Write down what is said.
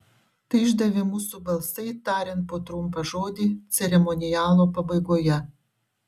tai išdavė mūsų balsai tariant po trumpą žodį ceremonialo pabaigoje